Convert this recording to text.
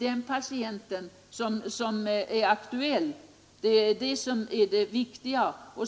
Det viktiga är att hänsyn skall tas till den patient som är aktuell.